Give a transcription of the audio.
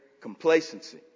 complacency